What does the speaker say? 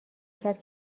کرد